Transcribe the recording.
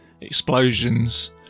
explosions